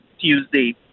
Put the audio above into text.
Tuesday